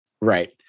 right